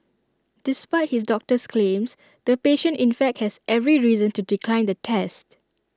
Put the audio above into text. despite his doctor's claims the patient in fact has every reason to decline the test